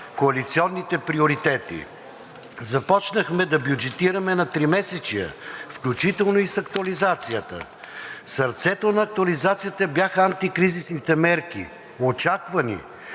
коалиционните приоритети. Започнахме да бюджетираме на тримесечия, включително и с актуализацията. Сърцето на актуализацията бяха антикризисните мерки – очаквани,